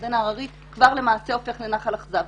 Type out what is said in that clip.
הירדן ההררי כבר למעשה הופך לנחל אכזב.